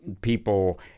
people